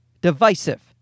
divisive